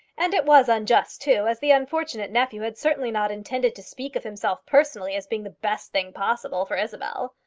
and it was unjust too, as the unfortunate nephew had certainly not intended to speak of himself personally as being the best thing possible for isabel.